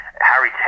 Harry